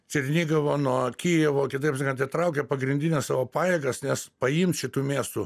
černigovo nuo kijevo kitaip sakant atitraukia pagrindines savo pajėgas nes paimt šitų miestų